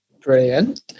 Brilliant